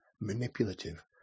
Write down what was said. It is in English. manipulative